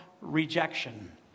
rejection